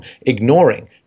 ignoring